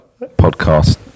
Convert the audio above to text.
podcast